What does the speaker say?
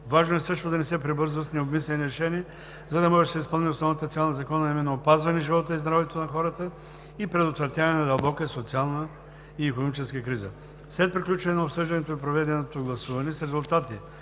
Важно е също да не се прибързва с необмислени решения, за да може да се изпълни основната цел на Закона, а именно опазване живота и здравето на хората и предотвратяване на дълбока, социална и икономическа криза. След приключване на обсъждането и проведеното гласуване с резултати: